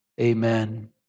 amen